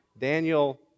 Daniel